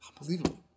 Unbelievable